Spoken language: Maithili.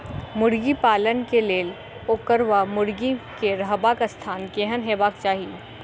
मुर्गी पालन केँ लेल ओकर वा मुर्गी केँ रहबाक स्थान केहन हेबाक चाहि?